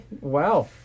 Wow